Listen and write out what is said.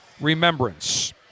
remembrance